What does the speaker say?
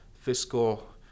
fiscal